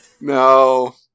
No